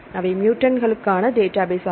அவை மூடன்ட்ஸ்களுக்கான டேட்டாபேஸ் ஆகும்